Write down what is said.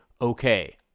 okay